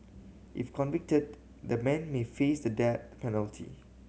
if convicted the men may face the death penalty